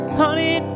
honey